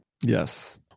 yes